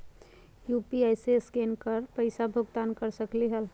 UPI से scan कर पईसा भुगतान कर सकलीहल?